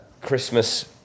Christmas